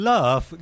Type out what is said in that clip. Love